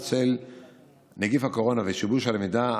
בצל נגיף הקורונה ושיבוש הלמידה,